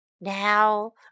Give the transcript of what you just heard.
Now